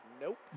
nope